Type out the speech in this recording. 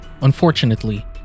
Unfortunately